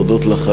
ולהודות לך,